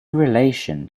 relation